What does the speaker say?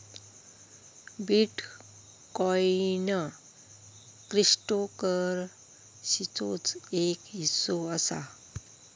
bitcoin क्रिप्टोकरंसीचोच एक हिस्सो असा